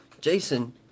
Jason